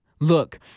Look